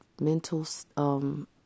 mental